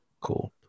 cool